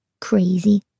crazy